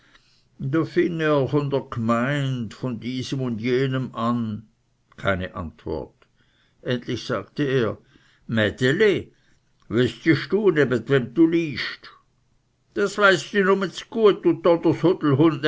da fing er von der gemeind von diesem und jenem an keine antwort endlich sagte er mädeli wüßtisch du nebe wem du